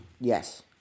Yes